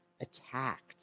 attacked